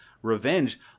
Revenge